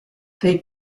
they